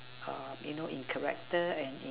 you know in character and in